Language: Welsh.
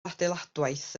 adeiladwaith